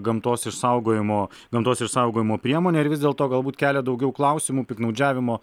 gamtos išsaugojimo gamtos išsaugojimo priemonė ir vis dėlto galbūt kelia daugiau klausimų piktnaudžiavimo